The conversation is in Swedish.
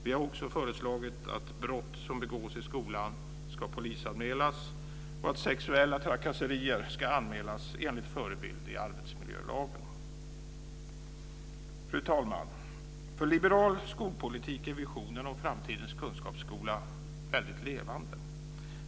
Vi har också föreslagit att brott som begås i skolan ska polisanmälas och att sexuella trakasserier ska anmälas enligt förebild i arbetsmiljölagen. Fru talman! I liberal skolpolitik är visionen om framtidens kunskapsskola väldigt levande.